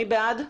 מי בעד?